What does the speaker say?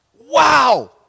Wow